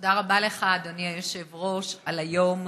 תודה רבה לך, אדוני היושב-ראש, על היום.